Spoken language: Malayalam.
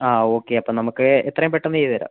ആ ഓക്കെ അപ്പം നമുക്ക് എത്രയും പെട്ടെന്ന് ചെയ്തുതരാം